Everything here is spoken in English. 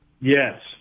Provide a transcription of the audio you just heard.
Yes